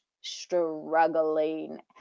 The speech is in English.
struggling